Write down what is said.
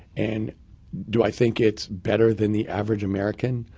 and do i think it's better than the average american?